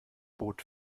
bot